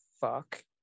fuck